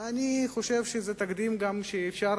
ואני חושב שזה תקדים שאפשר